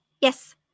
Yes